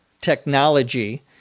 technology